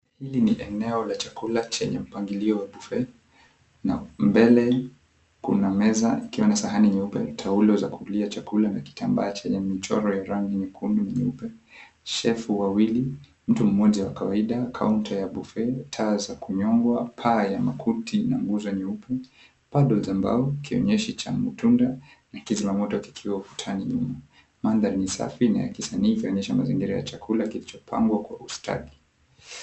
Hili ni eneo la chakula cha mpangilio wa buffet na mbele kuna meza ikiwa na sahani nyeupe, taulo za kulia chakula na kitambaa chenye michoro ya rangi nyekundu, nyeupe. Shefu wawili, mtu mmoja wa kawaida, counter ya buffet , taa za kunyongwa, paa ya makuti na nguo za nyeupe, paddle za mbao, kionyeshi cha matunda na kizima moto kikiwa ukutani nyuma. Mandhari ni safi na ya kisanii ikionyesha mazingira ya chakula kilichopangwa kwa ustadi.